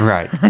Right